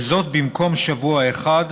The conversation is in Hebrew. וזאת במקום שבוע אחד